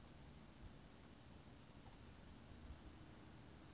I thought they said the bulk of estate